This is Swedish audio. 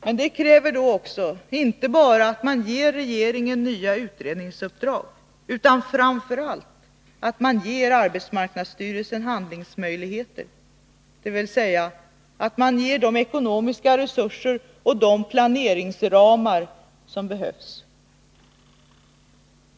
Men det kräver då inte bara att man ger nya utredningsuppdrag, utan framför allt att man ger arbetsmarknadsstyrelsen handlingsmöjligheter, dvs. att man ger de ekonomiska resurser och de planeringsramar som behövs.